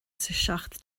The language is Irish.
seacht